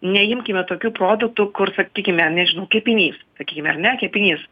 neimkime tokių produktų kur sakykime nežinau kepinys sakykime ar ne kepinys